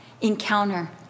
encounter